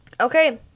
Okay